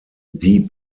die